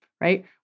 right